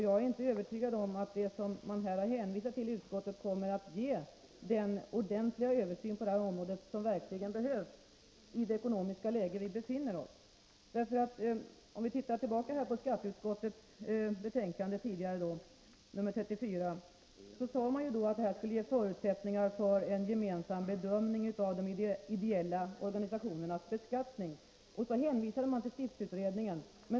Jag är inte övertygad om att det som utskottet har hänvisat till kommer att ge den ordentliga översyn på detta område som verkligen behövs i det ekonomiska läge som vi nu befinner oss i. I skatteutskottets betänkande 1982/83:34 sade man att en allmän översyn av reglerna skulle skapa förutsättningar för en gemensam bedömning av de ideella organisationernas beskattning. Man hänvisade till stiftelseutredningen.